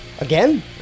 Again